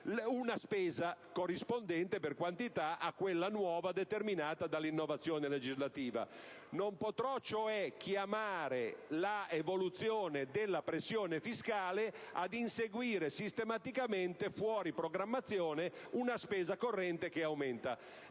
una spesa pari per quantità a quella nuova determinata dall'innovazione legislativa. Non si potrà cioè chiamare l'evoluzione della pressione fiscale ad inseguire sistematicamente, fuori programmazione, una spesa corrente che aumenta.